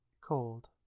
cold